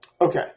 Okay